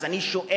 אז אני שואל: